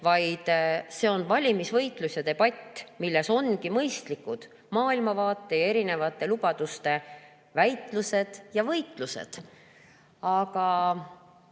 vaid see on valimisvõitlus ja debatt, milles ongi mõistlikud maailmavaate ja erinevate lubaduste väitlused ja võitlused. Aga